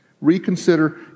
Reconsider